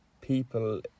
people